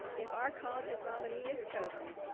if our college's nominee is chosen,